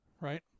Right